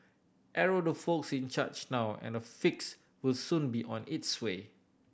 arrow the folks in charge now and a fix will soon be on its way